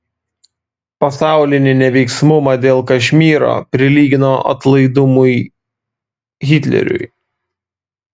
pasaulinį neveiksnumą dėl kašmyro prilygino atlaidumui hitleriui